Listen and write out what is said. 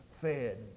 fed